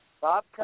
Bob